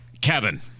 Kevin